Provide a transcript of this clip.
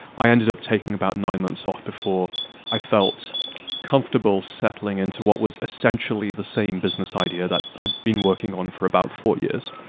i ended up taking about nine months off before i felt comfortable settling into what was essentially the same business idea that iaeurve been working on for about four years.